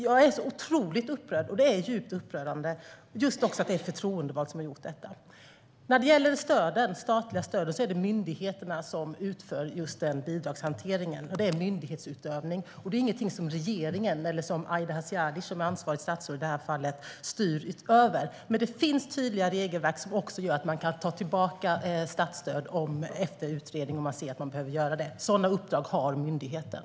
Jag är otroligt upprörd. Det är djupt upprörande att det just är en förtroendevald som har gjort detta. När det gäller de statliga stöden är det myndigheterna som utför bidragshanteringen. Det är myndighetsutövning och ingenting som regeringen eller Aida Hadzialic som ansvarigt statsråd i det här fallet styr över. Men det finns tydliga regelverk som gör att man kan ta tillbaka statsstöd efter utredning om det behövs. Sådana uppdrag har myndigheten.